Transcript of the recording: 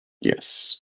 Yes